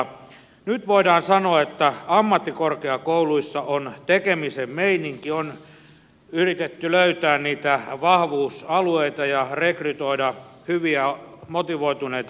nyt voidaan sanoa että ammattikorkeakouluissa on tekemisen meininki on yritetty löytää niitä vahvuusalueita ja rekrytoida hyviä motivoituneita opiskelijoita ja opettajia